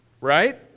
Right